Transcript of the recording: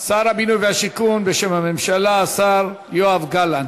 בשם הממשלה שר הבינוי והשיכון, השר יואב גלנט.